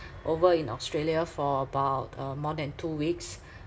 over in Australia for about uh more than two weeks